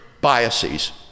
biases